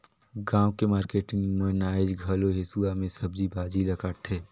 गाँव के मारकेटिंग मन आयज घलो हेसुवा में सब्जी भाजी ल काटथे